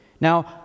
Now